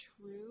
true